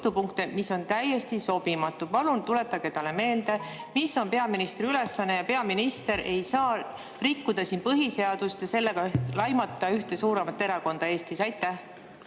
See on täiesti sobimatu. Palun tuletage talle meelde, mis on peaministri ülesanne. Peaminister ei saa rikkuda siin põhiseadust ja sellega laimata ühte suuremat erakonda Eestis. Ma